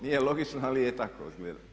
Nije logično ali je tako izgleda.